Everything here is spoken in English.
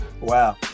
wow